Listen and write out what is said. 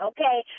Okay